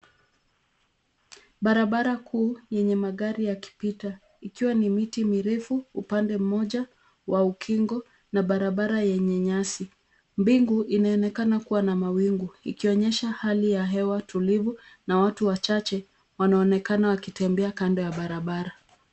Barabara kuu, yenye magari yakipita, ikiwa ni miti mirefu upande mmoja wa ukingo, na barabara yenye nyasi. Mbingu, inaonekana kuwa na mawingu. Ikionyesha hali ya hewa tulivu, na watu wachache wanaonekana wakitembea kando ya barabara.